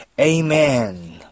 Amen